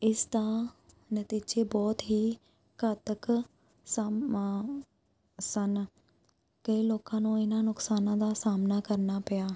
ਇਸਦਾ ਨਤੀਜੇ ਬਹੁਤ ਹੀ ਘਾਤਕ ਸਮ ਸਨ ਕਈ ਲੋਕਾਂ ਨੂੰ ਇਹਨਾਂ ਨੁਕਸਾਨਾਂ ਦਾ ਸਾਹਮਣਾ ਕਰਨਾ ਪਿਆ